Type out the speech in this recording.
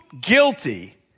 guilty